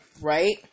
right